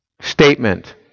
Statement